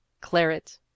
claret